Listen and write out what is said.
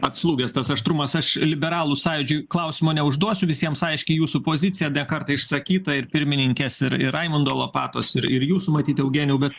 atslūgęs tas aštrumas aš liberalų sąjūdžiui klausimo neužduosiu visiems aiški jūsų pozicija ne kartą išsakyta ir pirmininkės ir ir raimundo lopatos ir ir jūs matyt eugenijau bet